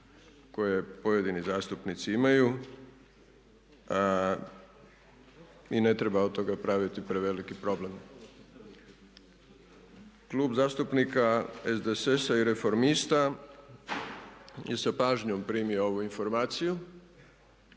koje pojedini zastupnici imaju i ne treba od toga praviti preveliki problem. Klub zastupnika SDSS-a i Reformista je sa pažnjom primio ovu informaciju